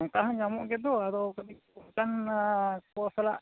ᱚᱱᱠᱟ ᱦᱚᱸ ᱧᱟᱢᱚᱜ ᱜᱮᱫᱚ ᱟᱫᱚ ᱠᱟᱹᱴᱤᱡ ᱚᱱᱠᱟ ᱠᱚ ᱥᱟᱞᱟᱜ